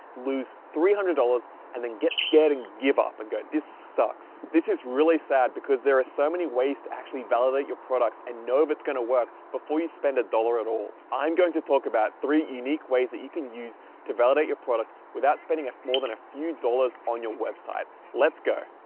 lose three hundred dollars and then get scared and give up and go, this sucks. this is really sad because there are so many ways to actually validate your products and know if it's gonna work before you spend a dollar at all. i'm going to talk about three unique ways that you can use to validate your product without spending more than a few dollars on your website. let's go.